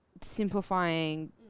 simplifying